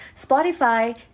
Spotify